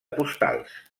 postals